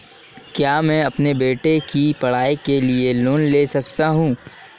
क्या मैं अपने बेटे की पढ़ाई के लिए लोंन ले सकता हूं?